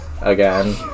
again